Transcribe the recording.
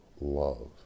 love